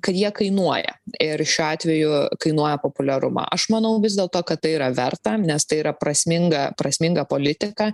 kad jie kainuoja ir šiuo atveju kainuoja populiarumą aš manau vis dėlto kad tai yra verta nes tai yra prasminga prasminga politika